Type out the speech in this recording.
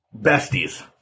besties